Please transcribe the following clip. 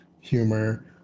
humor